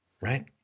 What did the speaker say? right